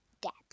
depth